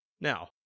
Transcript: now